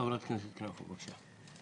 חברת הכנסת כנפו, בבקשה.